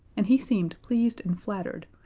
and he seemed pleased and flattered,